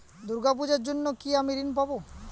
দুর্গা পুজোর জন্য কি আমি ঋণ পাবো?